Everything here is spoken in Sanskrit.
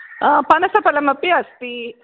पनसफलमपि अस्ति